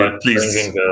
please